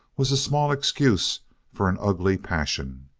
was a small excuse for an ugly passion.